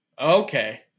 Okay